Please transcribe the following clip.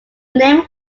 name